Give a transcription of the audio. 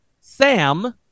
Sam